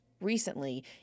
recently